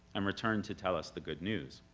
um returned to tell us the good news.